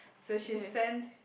so she sent